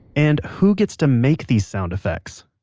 and who gets to make these sound effects?